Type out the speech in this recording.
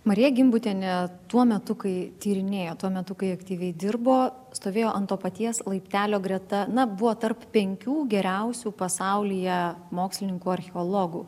marija gimbutienė tuo metu kai tyrinėjo tuo metu kai aktyviai dirbo stovėjo ant to paties laiptelio greta na buvo tarp penkių geriausių pasaulyje mokslininkų archeologų